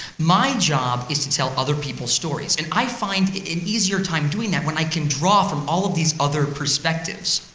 my job is to tell other people stories, and i find it's easier time doing that when i can draw from all of these other perspectives.